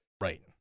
Right